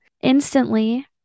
Instantly